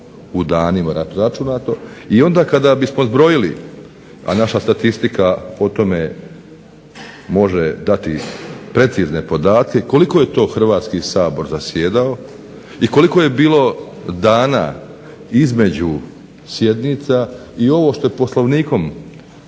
u danima računato i onda kada bismo zbrojili, a naša statistika o tome može dati precizne podatke koliko je to Hrvatski sabor zasjedao i koliko je bilo dana između sjednica i ovo što je Poslovnikom Hrvatskoga